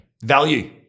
value